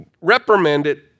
reprimanded